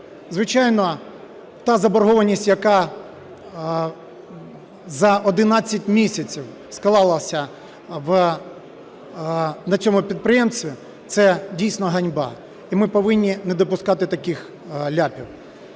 Звичайно, та заборгованість, яка за 11 місяців склалася на цьому підприємстві – це дійсно ганьба. І ми повинні не допускати таких ляпів.